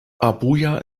abuja